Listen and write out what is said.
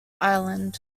island